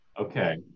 Okay